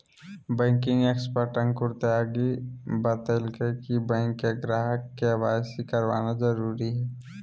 banking expert Ankur Tyagi बतयलकय कि bank के ग्राहक के.वाई.सी करवाना जरुरी हइ